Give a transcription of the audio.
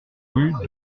rue